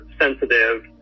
sensitive